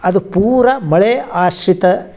ಅದು ಪೂರ ಮಳೆ ಆಶ್ರಿತ